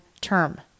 term